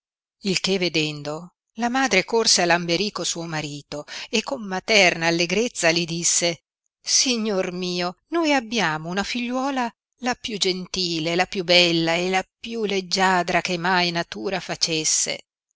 il che vedendo la madre corse a lamberico suo marito e con materna allegrezza li disse signor mio noi abbiamo una figliuola la più gentile la più bella e la più leggiadra che mai natura facesse